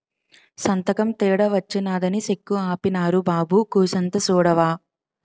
సంతకం తేడా వచ్చినాదని సెక్కు ఆపీనారు బాబూ కూసంత సూడవా